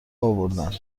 آوردن